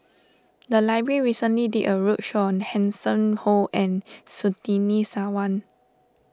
the library recently did a roadshow on Hanson Ho and Surtini Sarwan